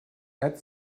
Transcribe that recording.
add